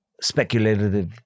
speculative